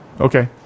Okay